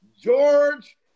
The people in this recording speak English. George